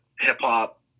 hip-hop